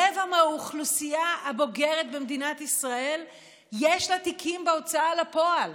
רבע מהאוכלוסייה הבוגרת במדינת ישראל יש לה תיקים בהוצאה לפועל,